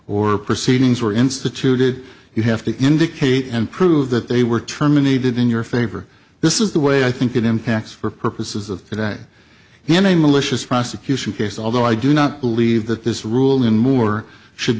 or proceedings were instituted you have to indicate and prove that they were terminated in your favor this is the way i think it impacts for purposes of today in a malicious prosecution case although i do not believe that this rule in more should